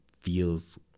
feels